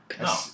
no